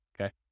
okay